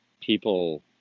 people